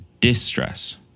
distress